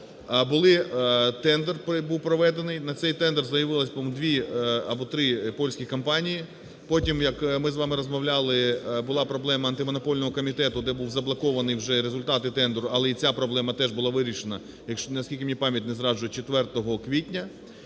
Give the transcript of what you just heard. тендер був проведений, на цей тендер заявилось, по-моєму, дві або три польські компанії. Потім, як ми з вами розмовляли, була проблема Антимонопольного комітету, де був заблоковано вже результати тендеру, але і ця проблема теж була вирішена, якщо мені пам'ять не зраджує, 4 квітня.